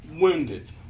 wounded